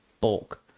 bulk